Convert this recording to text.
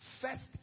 first